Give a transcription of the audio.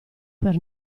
per